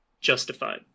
justified